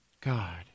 God